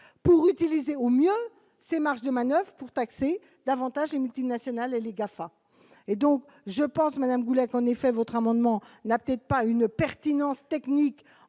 pour utiliser au mieux ses marges demain 9 pour taxer davantage les multinationales, les GAFA et donc je pense madame voulait en effet votre amendement n'a peut-être pas une pertinence technique